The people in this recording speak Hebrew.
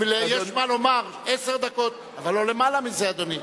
יש מה לומר, עשר דקות, אבל לא למעלה מזה, אדוני.